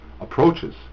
approaches